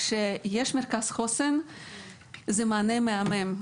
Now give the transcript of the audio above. כשיש מרכז חוסן זה מענה מהמם,